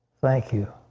thank you.